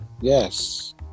Yes